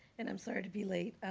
and i'm sorry to be late.